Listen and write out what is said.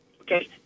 Okay